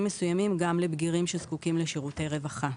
מסוימים גם לבגירים שזקוקים לשירותי רווחה.